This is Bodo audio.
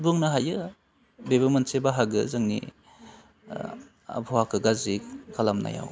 बुंनो हायो बेबो मोनसे बाहागो जोंनि आबहावाखौ गाज्रि खालामनायाव